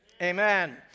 amen